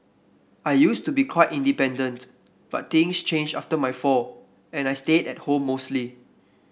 I used to be quite independent but things changed after my fall and I stayed at home mostly